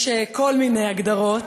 יש כל מיני הגדרות.